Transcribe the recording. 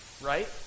right